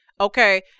Okay